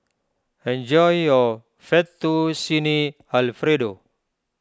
enjoy your Fettuccine Alfredo